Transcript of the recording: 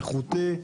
איכותי,